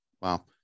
Wow